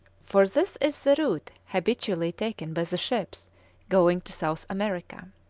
for this is the route habitually taken by the ships going to south america.